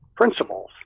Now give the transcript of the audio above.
principles